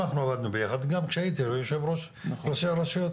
אנחנו עבדנו ביחד גם כשהייתי יושב ראש ראשי הרשויות,